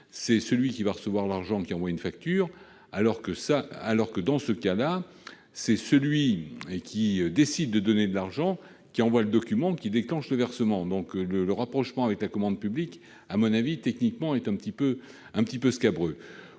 c'est celui qui va recevoir l'argent qui envoie une facture alors que, dans le cas présent, c'est celui qui décide de donner de l'argent qui envoie le document qui déclenche le versement. Techniquement, le rapprochement avec la commande publique est, à mon avis, un petit peu scabreux.